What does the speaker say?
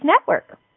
Network